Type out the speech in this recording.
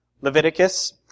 Leviticus